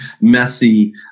messy